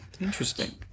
Interesting